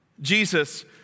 Jesus